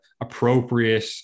appropriate